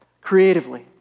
creatively